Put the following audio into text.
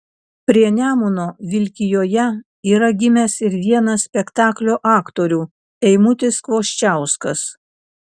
prie nemuno vilkijoje yra gimęs ir vienas spektaklio aktorių eimutis kvoščiauskas